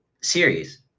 series